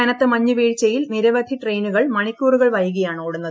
കനത്ത മഞ്ഞുവീഴ്ചയിൽ നിരവധി ട്രെയിനുകൾ മണിക്കൂറുകൾ വൈകിയാണ് ഓടുന്നത്